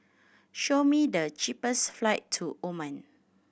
show me the cheapest flight to Oman